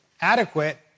adequate